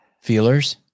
feelers